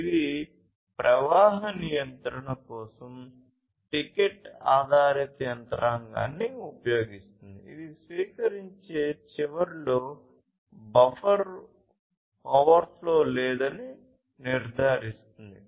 ఇది ప్రవాహ నియంత్రణ కోసం టోకెన్ ఆధారిత యంత్రాంగాన్ని ఉపయోగిస్తుంది ఇది స్వీకరించే చివరలో బఫర్ ఓవర్ఫ్లో లేదని నిర్ధారిస్తుంది